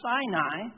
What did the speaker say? Sinai